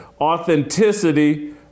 Authenticity